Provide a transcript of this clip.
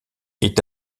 est